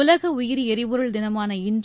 உலக உயிரி எரிபொருள் தினமான இன்று